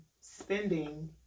spending